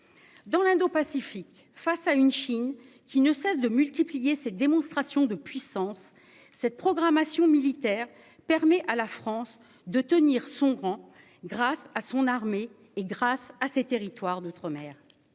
Dans l'indopacifique, face à une Chine qui ne cesse de multiplier cette démonstration de puissance cette programmation militaire permet à la France de tenir son rang, grâce à son armée et grâce à ses territoires d'outre-mer.